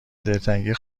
دلتنگی